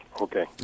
Okay